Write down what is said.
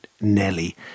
nelly